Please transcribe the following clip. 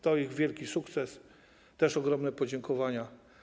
To ich wielki sukces - też ogromne podziękowania.